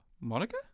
Monica